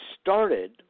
started